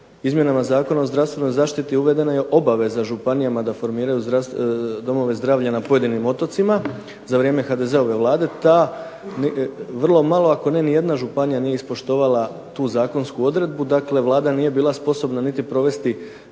izmjenama Zakona o zdravstvenoj zaštiti uvedena je obaveza županijama da formiraju domove zdravlja na pojedinim otocima za vrijeme HDZ-ove Vlade. Ta vrlo malo ako ne ni jedna županija nije ispoštovala tu zakonsku odredbu, dakle Vlada nije bila sposobna niti provesti